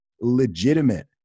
legitimate